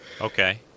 Okay